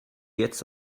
jetzt